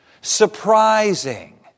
Surprising